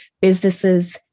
businesses